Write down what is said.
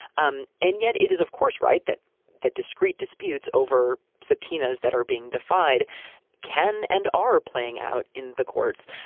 um and yet it is, of course, right that the discrete disputes over subpoenas that are being defied can and are playing out in the courts.